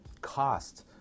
cost